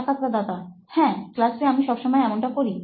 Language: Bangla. সাক্ষাৎকারদাতা হ্যাঁ ক্লাসে আমি সবসময় এমনটাই করি